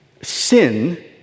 sin